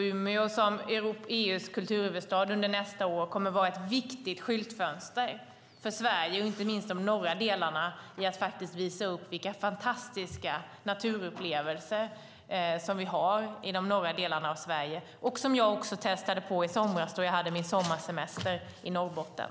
Umeå som EU:s kulturhuvudstad under nästa år kommer att vara ett viktigt skyltfönster för Sverige, och inte minst de norra delarna, för att visa upp de fantastiska naturupplevelser som vi har i de norra delarna av Sverige, och som jag också testade på i somras då jag hade min sommarsemester i Norrbotten.